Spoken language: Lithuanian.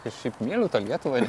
kad šiaip myliu tą lietuvą